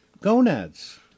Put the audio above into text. gonads